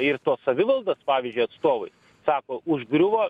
ir tos savivaldos pavyzdžiui atstovais sako užgriuvo